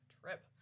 trip